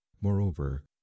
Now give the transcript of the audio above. Moreover